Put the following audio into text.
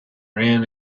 ran